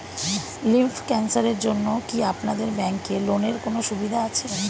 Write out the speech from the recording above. Lymph ক্যানসারের জন্য কি আপনাদের ব্যঙ্কে লোনের কোনও সুবিধা আছে?